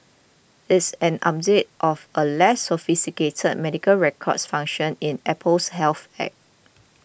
it's an update of a less sophisticated medical records function in Apple's Health App